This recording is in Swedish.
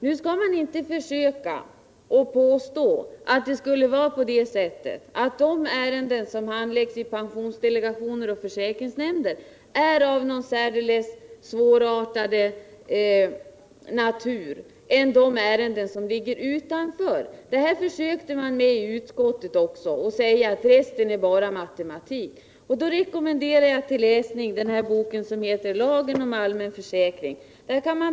Inrättande av Rune Gustavsson skall inte heller försöka påstå att de ärenden som = regionala försäkhandläggs i pensionsdelegationer och försäkringsnämnder är av mera = ringsrätter svårbedömd natur än de ärenden som ligger utanför. Det försökte man göra gällande också i utskottet — behandlingen av resterande ärenden skulle vara ren matematik. Jag vill rekommendera till läsning bestämmelserna om bidragsförskott i lagen om allmän försäkring.